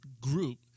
group